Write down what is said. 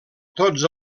tots